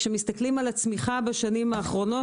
כאשר מסתכלים על הצמיחה בשנים האחרונות,